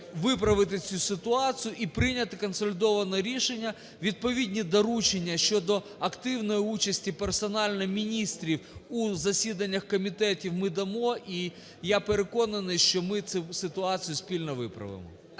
виправити цю ситуацію і прийняти консолідоване рішення. Відповідні доручення щодо активної участі персонально міністрів у засіданнях комітетів ми дамо, і я переконаний, що ми цю ситуацію спільно виправимо.